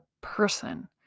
person